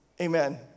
Amen